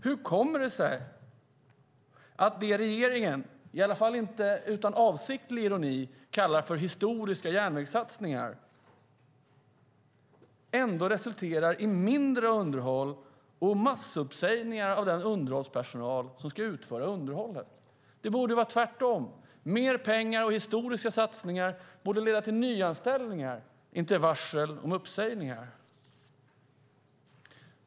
Hur kommer det sig att det regeringen, i alla fall inte med avsiktlig ironi, kallar historiska järnvägssatsningar ändå resulterar i mindre underhåll och massuppsägningar av den personal som ska utföra underhållet? Det borde vara tvärtom - mer pengar och historiska satsningar borde leda till nyanställningar, inte till varsel om uppsägningar.